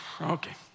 Okay